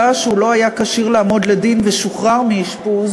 שהוא לא היה כשיר לעמוד לדין ושוחרר מאשפוז